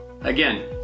again